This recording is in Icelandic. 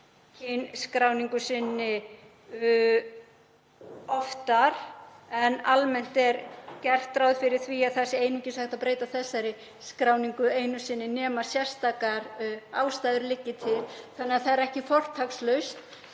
kynskráningu sinni oftar, en almennt er gert ráð fyrir því að það sé einungis hægt að breyta þessari skráningu einu sinni nema sérstakar ástæður liggi til. Þannig að það er ekki fortakslaust